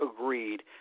agreed